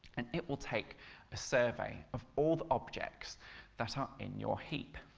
and it will take a survey of all the objects that are in your heap.